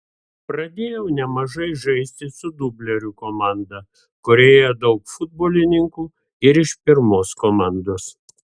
pradėjau nemažai žaisti su dublerių komanda kurioje daug futbolininkų ir iš pirmos komandos